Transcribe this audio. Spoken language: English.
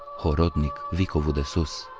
horodnic, vicovu de sus,